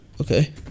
Okay